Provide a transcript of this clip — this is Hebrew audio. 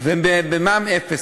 והם במע"מ אפס,